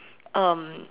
um